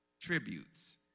Tributes